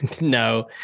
No